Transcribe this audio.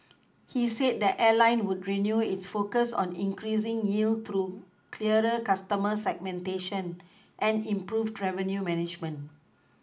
he said the airline would renew its focus on increasing yield through clearer customer segmentation and improved revenue management